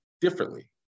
differently